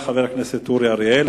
תודה לחבר הכנסת אורי אריאל.